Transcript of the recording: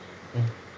mm